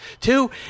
Two